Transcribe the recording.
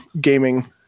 gaming